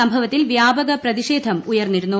സംഭവത്തിൽ വ്യാപക പ്രതിഷേധം ഉയർന്നിരുന്നു